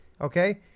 Okay